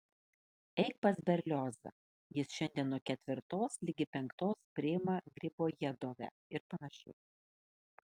eik pas berliozą jis šiandien nuo ketvirtos ligi penktos priima gribojedove ir panašiai